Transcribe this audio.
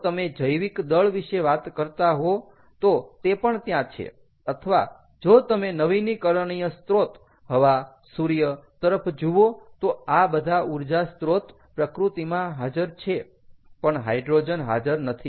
જો તમે જૈવિક દળ વિશે વાત કરો તો તે પણ ત્યાં છે અથવા જો તમે નવીનીકરણીય સ્ત્રોત હવા સૂર્ય તરફ જુઓ તો આ બધા ઊર્જા સ્ત્રોત પ્રકૃતિમાં હાજર છે પણ હાઈડ્રોજન હાજર નથી